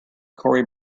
corey